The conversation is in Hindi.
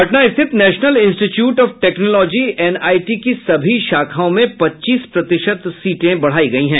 पटना स्थित national institute of technology NIT की सभी शाखाओं में पच्चीस प्रतिशत सीटें बढ़ायी गयी है